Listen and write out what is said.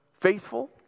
faithful